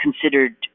considered